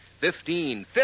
Fifteen